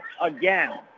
again